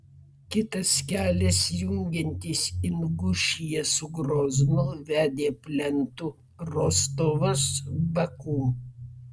kitas kelias jungiantis ingušiją su groznu vedė plentu rostovas baku